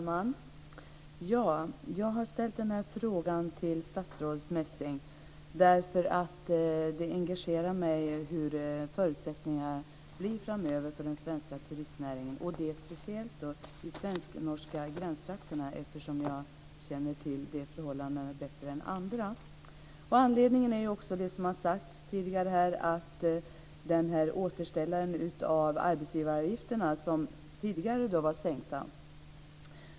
Fru talman! Jag har ställt frågan till statsrådet Messing därför att det engagerar mig hur förutsättningarna blir framöver för den svenska turistnäringen och då speciellt i de svensk-norska gränstrakterna, eftersom jag känner till de förhållandena bättre än andra. Anledningen är också det som har sagts här tidigare, dvs. återställandet av arbetsgivaravgifter som tidigare var sänkta.